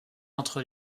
entre